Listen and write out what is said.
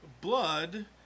blood